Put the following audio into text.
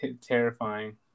terrifying